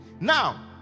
now